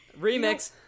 Remix